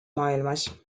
maailmas